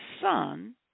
son